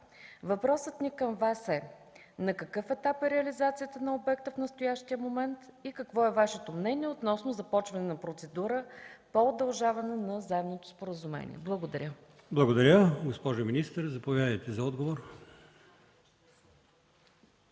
Въпросът ни към Вас е: на какъв етап е реализацията на обекта в настоящия момент и какво е Вашето мнение относно започване на процедура по удължаване на заемното споразумение? Благодаря. ПРЕДСЕДАТЕЛ АЛИОСМАН ИМАМОВ: Благодаря. Госпожо министър, заповядайте за отговор.